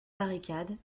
barricades